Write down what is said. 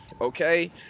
okay